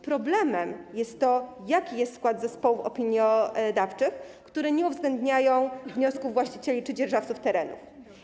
Problemem jest to, jaki jest skład zespołów opiniodawczych, które nie uwzględniają wniosków właścicieli czy dzierżawców terenu.